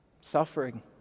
Suffering